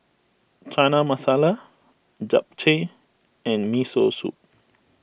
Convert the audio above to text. Chana Masala Japchae and Miso Soup